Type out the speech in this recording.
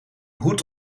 hoed